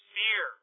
fear